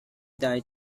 died